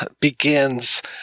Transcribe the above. begins